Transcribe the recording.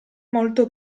molto